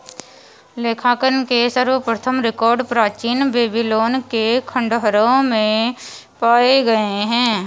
लेखांकन के सर्वप्रथम रिकॉर्ड प्राचीन बेबीलोन के खंडहरों में पाए गए हैं